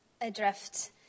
adrift